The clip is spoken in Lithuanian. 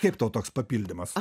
kaip tau toks papildymas